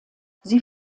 sie